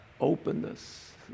openness